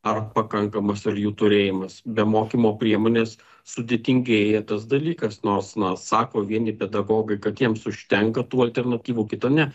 ar pakankamas ar jų turėjimas be mokymo priemonės sudėtingėja tas dalykas nors na sako vieni pedagogai kad jiems užtenka tų alternatyvų kita ne